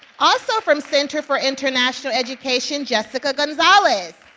also from center for international education, jessica gonzalez.